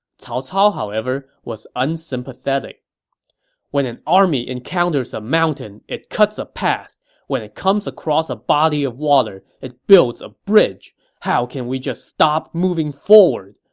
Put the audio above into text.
cao cao, however, was unsympathetic when an army encounters a mountain, it cuts a path when it comes across a body of water, it builds a bridge! how can we just stop moving forward!